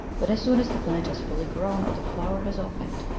but as soon as the plant has fully grown, or the flower has opened,